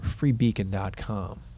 Freebeacon.com